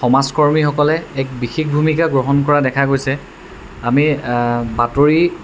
সমাজকৰ্মীসকলে এক বিশেষ ভূমিকা গ্ৰহণ কৰা দেখা গৈছে আমি বাতৰি